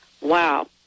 wow